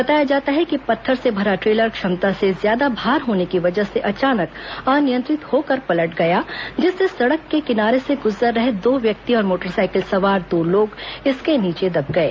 बताया जाता है कि पत्थर से भरा ट्रेलर क्षमता से ज्यादा भार होने की वजह से अचानक अनियंत्रित होकर पलट गया जिससे सड़क के किनारे से गुजर रहे दो व्यक्ति और मोटरसाइकिल सवार दो लोग इसके नीचे दब गए